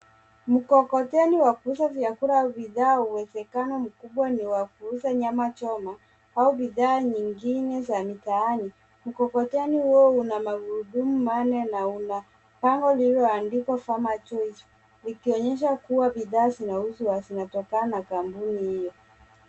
Mkototeni wa kuuza vyakula au bidhaa, uwezekano mkubwa ni wa kuuza nyama choma, au bidhaa nyingine za mitaani. Mkokoteni huo una magurudumu manne na una bango lililoandikwa, Farmers Choice, likionyesha kua bidhaa zinazouzwa zinatokana kampuni hio.